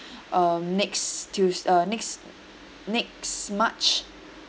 um next tues~ uh next next march